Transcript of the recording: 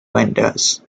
windows